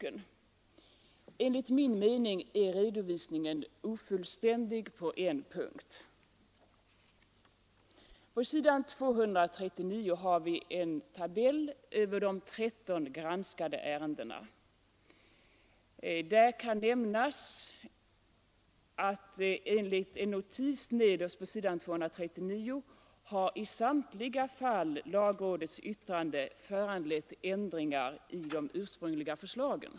Enligt min mening är den ofullständig från en synpunkt. På s. 239 i konstitutionsutskottets betänkande finns en tabell över de tretton granskade ärendena. Det kan nämnas att enligt en notis nederst på s. 239 har i samtliga fall lagrådets yttrande föranlett ändringar i de ursprungliga förslagen.